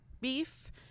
beef